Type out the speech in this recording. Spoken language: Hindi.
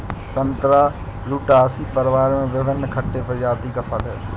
संतरा रुटासी परिवार में विभिन्न खट्टे प्रजातियों का फल है